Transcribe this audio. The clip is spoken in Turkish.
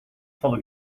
salı